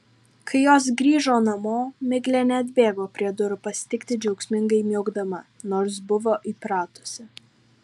kai jos grįžo namo miglė neatbėgo prie durų pasitikti džiaugsmingai miaukdama nors buvo įpratusi